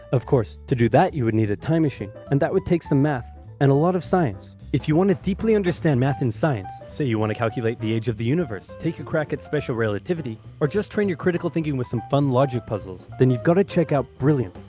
of course, to do that, you would need a time machine, and that would take some math and a lot of science. if you want to deeply understand math and science, say you want to calculate the age of the universe, take a crack at special relativity, or just train your critical thinking with some fun logic puzzles, then you've got to check out brilliant.